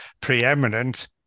preeminent